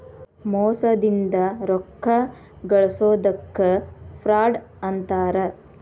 ಮೋಸದಿಂದ ರೊಕ್ಕಾ ಗಳ್ಸೊದಕ್ಕ ಫ್ರಾಡ್ ಅಂತಾರ